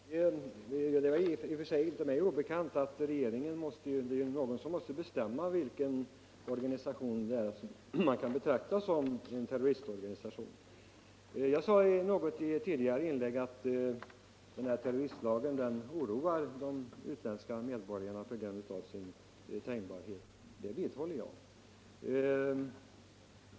Herr talman! Det är i och för sig inte obekant för mig att det är regeringen som måste bestämma vilken organisation det är som kan betraktas som en terroristorganisation. Jag sade i något tidigare inlägg att terroristlagen oroar de utländska medborgarna på grund av sin stora tänjbarhet, och det vidhåller jag.